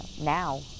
now